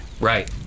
Right